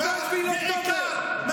אתם רוצים להסתיר מהעולם.